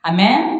Amen